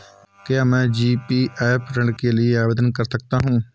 क्या मैं जी.पी.एफ ऋण के लिए आवेदन कर सकता हूँ?